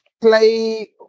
play